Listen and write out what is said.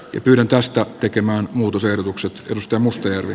yhdentoista tekemään muutosehdotukset kaluston mustajärvi